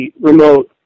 remote